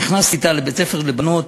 נכנסתי אתה לבית-ספר לבנות